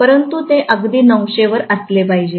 परंतु ते अगदी 900 वर असले पाहिजे